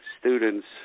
students